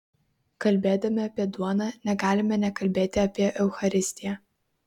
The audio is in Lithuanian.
kalbėdami apie duoną negalime nekalbėti apie eucharistiją